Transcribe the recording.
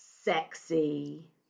sexy